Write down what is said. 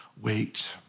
wait